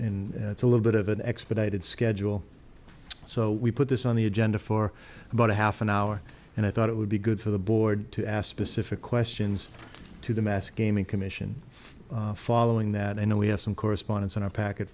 it's a little bit of an expedited schedule so we put this on the agenda for about a half an hour and i thought it would be good for the board to aspecific questions to the mass gaming commission following that i know we have some correspondence on our packet